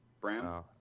brown